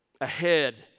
ahead